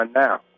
now